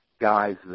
guys